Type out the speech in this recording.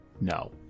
No